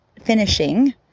finishing